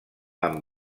amb